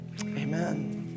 Amen